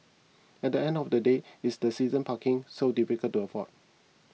at the end of the day is that season parking so difficult to afford